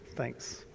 thanks